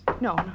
No